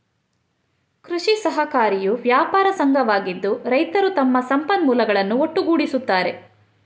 ಕೃಷಿ ಸಹಕಾರಿಯು ವ್ಯಾಪಾರ ಸಂಘವಾಗಿದ್ದು, ರೈತರು ತಮ್ಮ ಸಂಪನ್ಮೂಲಗಳನ್ನು ಒಟ್ಟುಗೂಡಿಸುತ್ತಾರೆ